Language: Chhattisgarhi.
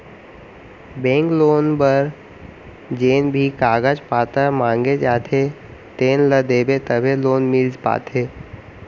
बेंक लोन बर जेन भी कागज पातर मांगे जाथे तेन ल देबे तभे लोन मिल पाथे